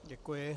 Děkuji.